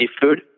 food